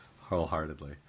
wholeheartedly